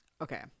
okay